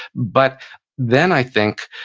but then i think,